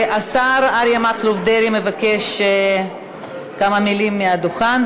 השר אריה מכלוף דרעי מבקש לומר כמה מילים מהדוכן.